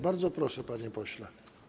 Bardzo proszę, panie pośle.